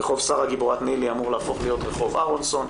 רחוב שרה גיבורת ניל"י אמור להפוך להיות רחוב אהרונסון,